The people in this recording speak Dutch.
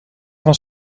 van